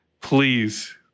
Please